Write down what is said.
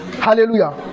Hallelujah